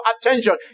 attention